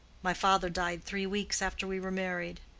my father died three weeks after we were married,